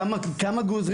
כמה גוזרים?